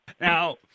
Now